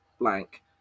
blank